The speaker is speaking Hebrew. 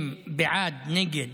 אם בעד, נגד,